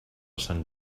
sant